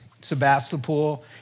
Sebastopol